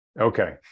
Okay